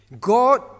God